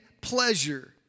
pleasure